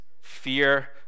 fear